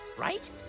Right